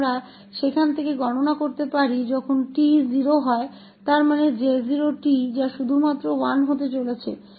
तो हम वहां से गणना कर सकते हैं जब t 0 है जिसका अर्थ है J0 जो केवल 1 होने वाला है